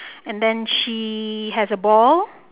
and then she has a ball